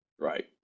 Right